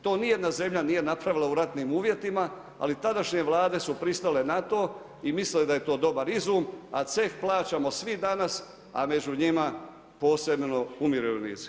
To ni jedna zemlja nije napravila u ratnim uvjetima, ali tadašnje Vlade su pristale na to i misle da je to dobar izum a ceh plaćamo svi danas a među njima posebno umirovljenici.